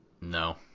No